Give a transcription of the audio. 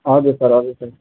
हजुर सर हजुर सर